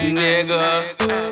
nigga